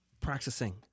practicing